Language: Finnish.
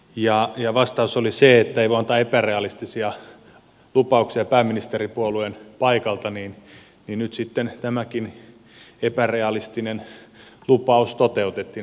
ja kun vastaus oli se että ei voi antaa epärealistisia lupauksia pääministeripuolueen paikalta niin nyt sitten tämäkin epärealistinen lupaus toteutettiin